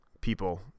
people